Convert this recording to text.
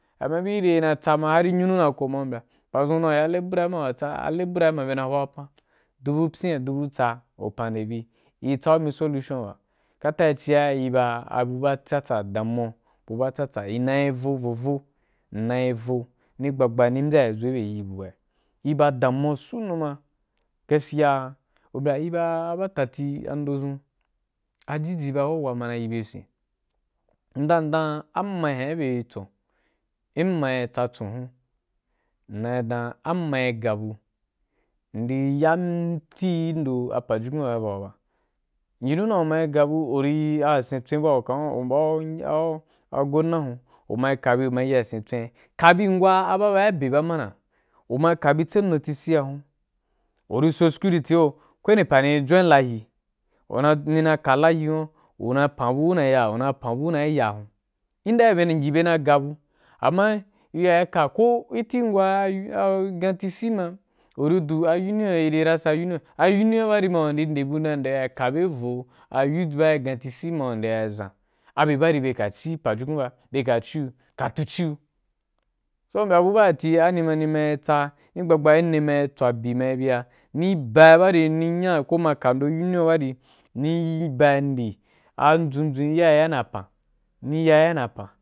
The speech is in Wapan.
Ama búi ri ye ina tsa har nyunu mako ma mbya a pa dʒun ya labera huna ya tsaa labera ma bye na hwa pana, dubu pyina, dubu tsa, u pan nde bi, n tsau mi solution ba. Kata i ci a i ba bu ba tsa tsa, damuwa, bu bu ba tsa tsa, nnayi vovovo nnayi vo ni gba gba ni mbya’i zo gibe yiri bu ba na. I ba damuwa su na gaskiya, u mbya i ba a ba tati an do dʒun waji ji ba wa wa wa ma na yi bye fyin nda nda am ma gi bye tsun, mma yi tsa tsun hun nnayi dan am ma yi ga bu ndi yan ti gi ndo apajukun ba bagu wa ba. U yi nu dan u mayi ga bu, u ri yi wasen tson bu wa don mbya’u a gonna hun, u ma kabi ma yi wasin tswin, kabi angwa ba ba bye be ba mana, uma kabi tse nu ti si a hun, u ri so security ri yo, ko waní pa wa ni ri join layi u na, ni na ka layi hun, una pan buna ya, u ma pan bu una yi ya ya hun, i nda in di yi bye na ga bu amma u ri ya ka ko gi ti gi angwa a a gan ti si ma u ri du a union, a union ma iri rasa union, a union ya yi ma ri nde bu ri ya ka be gi vo youth ba gi gan ti si ma u nde ya zan abye ba ri ma bye ba ci pajukun bye ka cio, byeka tu ci ‘o. So u mbya bu ba ti ma anī ma hi ma yi tsa ni abagba in ni ma yi t swa be ma yi bi ya ni ba’i ai ban ko ni ma ka ndo union ba ri ni ba’i nde an dʒun dʒun i ya na pan- iya no pan.